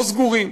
לא סגורים.